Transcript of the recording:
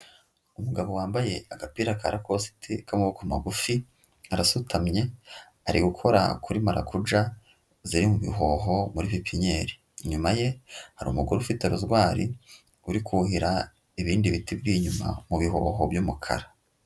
Umugabo wambaye agapira ka rakositi k'amaboko magufi, arasutamye, ari gukora kuri marakuja ziri mu bihoho muri pipinyeri, inyuma ye hari umugore ufite rozwari, uri kuhira ibindi biti biri inyuma mu bihoho by'umukara.